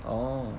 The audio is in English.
orh